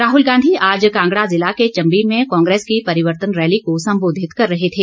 राहुल गांधी आज कांगड़ा जिला के चाम्बी में कांग्रेस की परिवर्तन रैली को संबोधित कर रहे थे